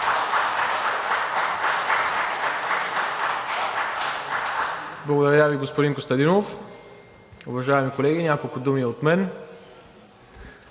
Благодаря Ви, господин Костадинов. Уважаеми колеги, няколко думи и от мен.